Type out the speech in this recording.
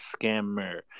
scammer